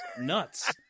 nuts